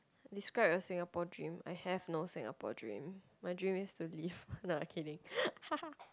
describe your Singapore dream I have no Singapore dream my dream is to leave no lah kidding